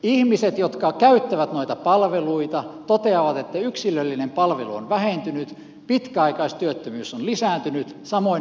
ihmiset jotka käyttävät noita palveluita toteavat että yksilöllinen palvelu on vähentynyt pitkäaikaistyöttömyys on lisääntynyt samoin nuorisotyöttömyys